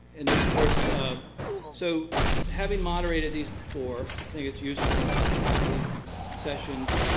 and of course um so having moderated these before, i think it's useful to have these sessions,